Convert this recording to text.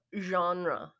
genre